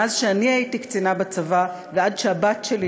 מאז שאני הייתי קצינה בצבא ועד שהבת שלי,